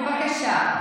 בבקשה.